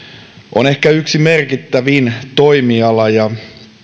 on ehkä yksi merkittävin toimiala